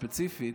ספציפית,